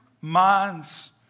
minds